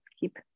keep